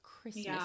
Christmas